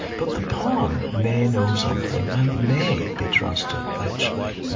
but the poem may know something, and may be trusted, actually,